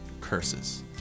curses